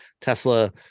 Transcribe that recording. Tesla